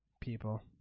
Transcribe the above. people